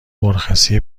مرخصی